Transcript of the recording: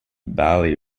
valley